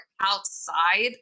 outside